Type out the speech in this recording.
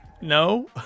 no